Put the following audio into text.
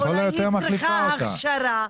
אולי היא צריכה הכשרה.